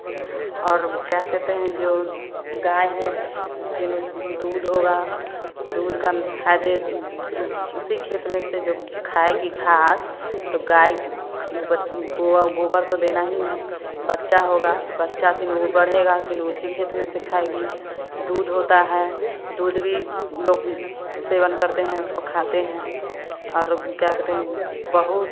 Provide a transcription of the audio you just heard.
और क्या कहते हैं जो गाय है वे फिलो से दूध होगा दूध कन फ़ायदे उसी खेत में से जब खाएगी घास तो गाय क बत गोबर तो देना ही है बच्चा होगा तो बच्चा फिर वह बढ़ेगा फिर उसी खेत में से खाएगी दूध होता है दूध भी सेवन करते हैं उसको खाते हैं और क्या कहते हैं बहुत